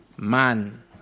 Man